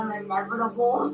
inevitable